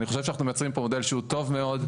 אני חושב שאנחנו מייצרים פה מודל שהוא טוב מאוד,